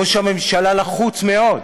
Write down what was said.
ראש הממשלה לחוץ מאוד.